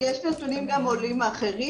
יש נתונים גם של עולים אחרים.